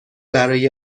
برای